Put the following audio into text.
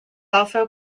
also